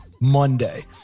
monday